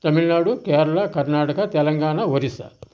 Tamil Nadu Kerala Karnataka Telangana Orissa